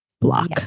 block